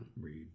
read